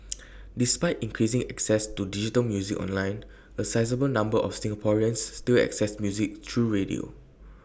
despite increasing access to digital music online A sizeable number of Singaporeans still access music through radio